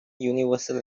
universal